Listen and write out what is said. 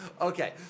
Okay